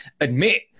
admit